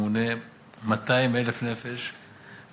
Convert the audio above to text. מונה 200,000 נפש,